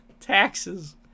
Taxes